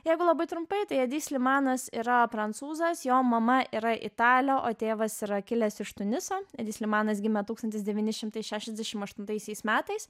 jeigu labai trumpai tai edi slimanas yra prancūzas jo mama yra italė o tėvas yra kilęs iš tuniso edi slimanas gimė tūkstantis devyni šimtai šešiasdešim aštuntaisiais metais